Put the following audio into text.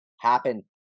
happen